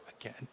again